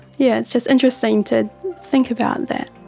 yeah, it's just interesting to think about that.